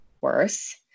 worse